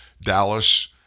Dallas